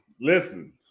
Listen